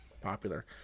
popular